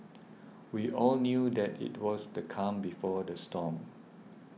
we all knew that it was the calm before the storm